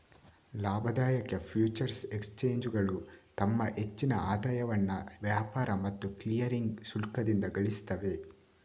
ಲಾಭದಾಯಕ ಫ್ಯೂಚರ್ಸ್ ಎಕ್ಸ್ಚೇಂಜುಗಳು ತಮ್ಮ ಹೆಚ್ಚಿನ ಆದಾಯವನ್ನ ವ್ಯಾಪಾರ ಮತ್ತು ಕ್ಲಿಯರಿಂಗ್ ಶುಲ್ಕದಿಂದ ಗಳಿಸ್ತವೆ